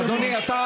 אדוני היושב-ראש.